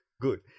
Good